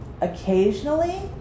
Occasionally